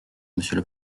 monsieur